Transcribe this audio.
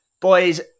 Boys